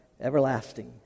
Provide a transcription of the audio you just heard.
everlasting